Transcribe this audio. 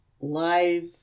live